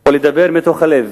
או לדבר מתוך הלב.